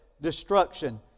destruction